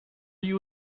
you